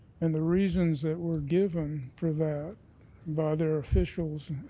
and the reasons that were given for that by their officials